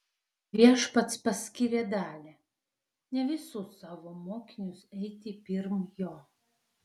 viešpats paskyrė dalį ne visus savo mokinius eiti pirm jo